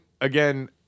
again